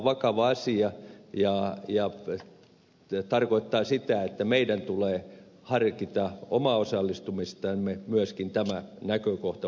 tämä on vakava asia ja tarkoittaa sitä että meidän tulee harkita omaa osallistumistamme myöskin tämä näkökohta huomioon ottaen